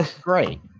Great